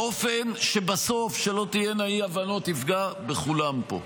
באופן שבסוף, שלא תהיינה אי-הבנות, יפגע בכולם פה.